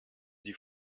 die